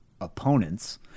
opponents